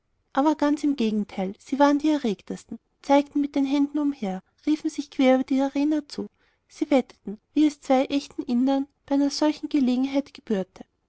aber ganz im gegenteil sie waren die erregtesten zeigten mit den händen umher riefen sich quer über die arena zu sie wetteten wie es zwei echten indern bei einer solchen gelegenheit gebührte